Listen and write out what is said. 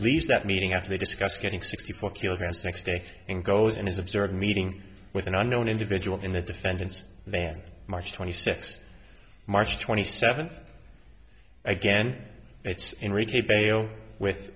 leaves that meeting after they discussed getting sixty four kilograms next day and goes and is observed meeting with an unknown individual in the defendant's van march twenty sixth march twenty seventh again it's in retail with